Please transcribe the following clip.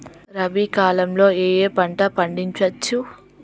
రబీ కాలంలో ఏ ఏ పంట పండించచ్చు?